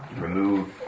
remove